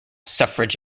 suffrage